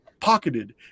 pocketed